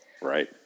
right